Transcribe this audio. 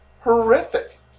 horrific